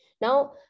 Now